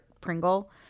Pringle